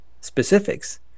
specifics